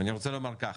אני רוצה לומר כך: